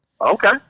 Okay